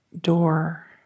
door